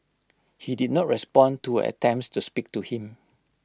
he did not respond to her attempts to speak to him